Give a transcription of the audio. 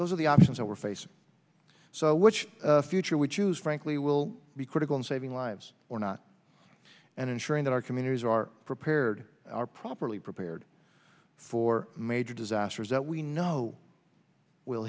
those are the options that we're facing so which future we choose frankly will be critical in saving lives or not and ensuring that our communities are prepared are properly prepared for major disasters that we know w